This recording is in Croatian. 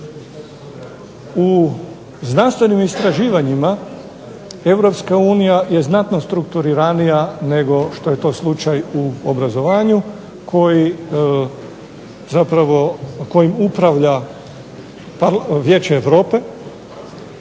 U znanstvenim istraživanjima EU je znatno strukturiranija nego što je to slučaj u obrazovanju kojim zapravo upravlja Vijeće Europe.